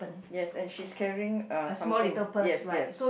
yes and she's carrying uh something yes yes